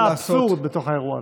זה האבסורד בתוך האירוע הזה.